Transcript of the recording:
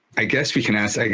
i guess we can ask. like